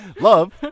love